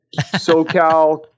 SoCal